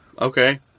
Okay